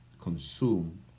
consume